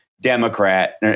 democrat